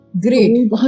Great